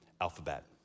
alphabet